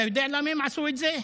אתה יודע למה הם עשו את זה?